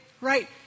Right